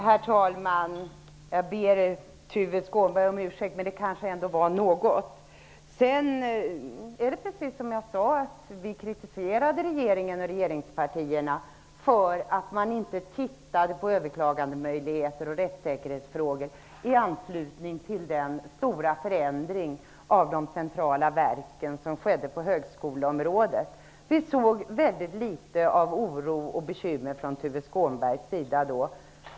Herr talman! Jag ber Tuve Skånberg om ursäkt, men det kanske ändå var något. Det är precis som jag sade, vi kritiserade regeringen och regeringspartierna för att de inte tittade närmare på överklagandemöjligheter och rättssäkerhetsfrågor i anslutning till den stora förändring av de centrala verken som skedde på högskoleområdet. Vi såg litet av oro och bekymmer från Tuve Skånbergs sida.